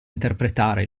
interpretare